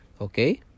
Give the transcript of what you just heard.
Okay